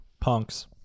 Punks